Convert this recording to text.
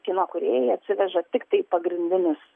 kino kūrėjai atsiveža tiktai pagrindinius